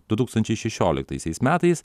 du tūkstančiai šešioliktaisiais metais